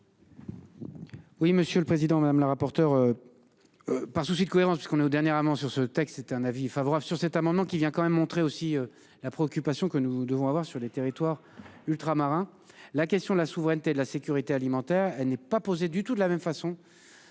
Oui, monsieur le président, madame la rapporteure. Par souci de cohérence puisqu'on est au dernièrement sur ce texte. C'était un avis favorable sur cet amendement qui vient quand même montrer aussi la préoccupation que nous devons avoir sur les territoires ultramarins, la question de la souveraineté de la sécurité alimentaire n'est pas posé du tout de la même façon